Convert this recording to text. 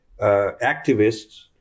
activists